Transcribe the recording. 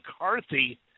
McCarthy